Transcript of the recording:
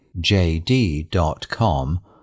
JD.com